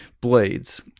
blades